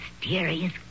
mysterious